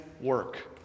work